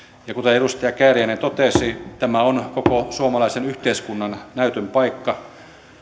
ja kuten edustaja kääriäinen totesi tämä on koko suomalaisen yhteiskunnan näytön paikka